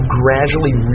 gradually